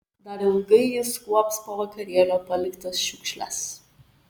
dar ilgai jis kuops po vakarėlio paliktas šiukšles